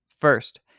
First